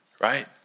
right